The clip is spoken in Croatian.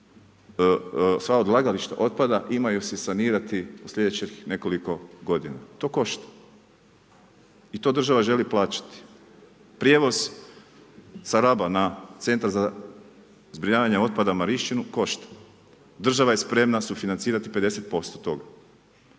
sva odlagališta otpada imaju se sanirati slijedećih nekoliko godina. To košta. I to država želi plaćati. Prijevoz sa Raba na centar za zbrinjavanje otpada Marinšćinu košta. Država je sprema sufinancirati 50% toga.